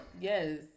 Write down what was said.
Yes